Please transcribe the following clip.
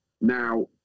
Now